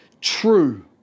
true